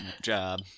job